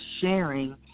sharing